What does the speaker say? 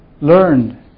learned